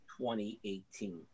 2018